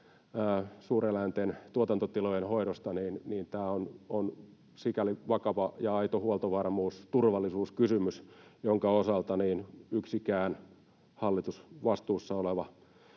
suureläinten, tuotantotilojen hoidosta, niin tämä on sikäli vakava ja aito huoltovarmuus- ja turvallisuuskysymys, jonka osalta yksikään hallitusvastuussa oleva